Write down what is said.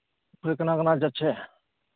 ꯑꯩꯈꯣꯏ ꯀꯅꯥ ꯀꯅꯥ ꯆꯠꯁꯦ